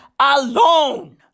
Alone